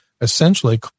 essentially